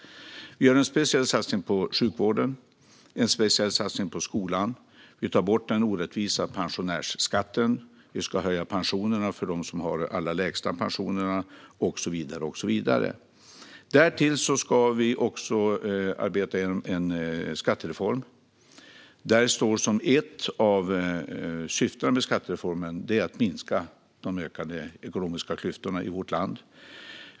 Vi gör en speciell satsning på sjukvården och på skolan. Vi tar bort den orättvisa pensionärsskatten, och vi ska höja pensionerna för dem som har de allra lägsta pensionerna, och så vidare. Därtill ska vi arbeta fram en skattereform, där ett av syftena är att minska de ökade ekonomiska klyftorna i vårt land.